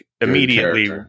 immediately